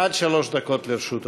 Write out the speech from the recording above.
עד שלוש דקות לרשות